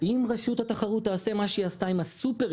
אם רשות התחרות תעשה מה שהיא עשתה עם הסופרים,